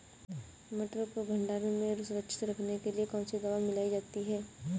मटर को भंडारण में सुरक्षित रखने के लिए कौन सी दवा मिलाई जाती है?